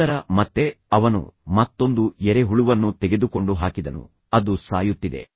ನಂತರ ಮತ್ತೆ ಅವನು ಮತ್ತೊಂದು ಎರೆಹುಳುವನ್ನು ತೆಗೆದುಕೊಂಡು ಹಾಕಿದನು ಅದು ಸಾಯುತ್ತಿದೆ